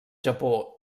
japó